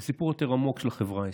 זה סיפור יותר עמוק של החברה הישראלית.